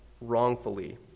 wrongfully